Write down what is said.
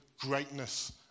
greatness